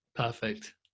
Perfect